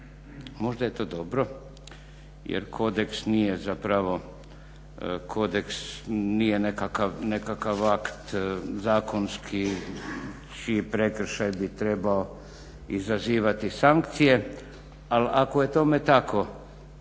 Možda je to dobro jer kodeks nije zapravo kodeks nije nekakav akt zakonski čiji prekršaj bi trebao izazivati sankcije, ali ako je to tome